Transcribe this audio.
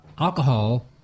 alcohol